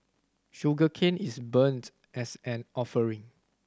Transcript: sugarcane is burnt as an offering